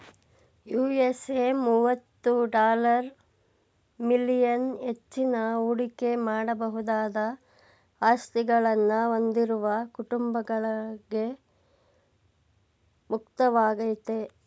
USA ಮುವತ್ತು dollar million ಹೆಚ್ಚಿನ ಹೂಡಿಕೆ ಮಾಡಬಹುದಾದ ಆಸ್ತಿಗಳನ್ನ ಹೊಂದಿರುವ ಕುಟುಂಬಗಳ್ಗೆ ಮುಕ್ತವಾಗೈತೆ